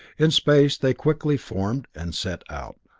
in space they quickly formed and set out.